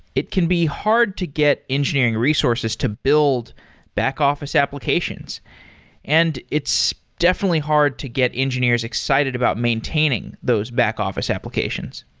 it can be hard to get engineering resources to build back-office applications and it's definitely hard to get engineers excited about maintaining those back-office applications.